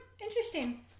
Interesting